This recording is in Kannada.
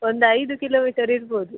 ಒಂದು ಐದು ಕಿಲೋಮೀಟರ್ ಇರ್ಬೌದು